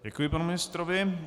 Děkuji panu ministrovi.